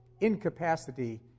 incapacity